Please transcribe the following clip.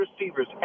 receivers